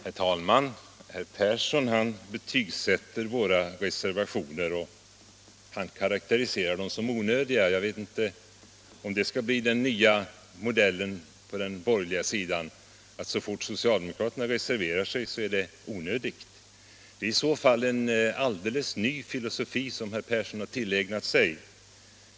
Herr talman! Herr Persson i Heden betygsätter våra reservationer och karakteriserar dem som onödiga. Jag vet inte om det skall bli den nya inställningen på den borgerliga sidan, att så fort socialdemokraterna reserverar sig så är det onödigt. Det är i så fall en alldeles ny filosofi som herr Persson har tillägnat sig.